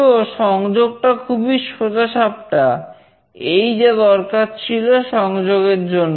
তো সংযোগটা খুবই সোজাসাপ্টা এই যা দরকার ছিল সংযোগের জন্য